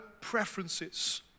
preferences